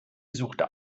suchte